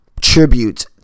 tribute